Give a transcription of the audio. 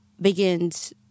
begins